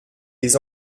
les